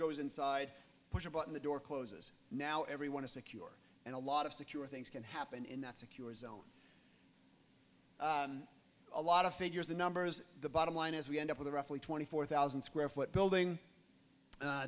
goes inside push a button the door closes now everyone is secure and a lot of secure things can happen in that secure his own a lot of figures the numbers the bottom line is we end up with a roughly twenty four thousand square foot building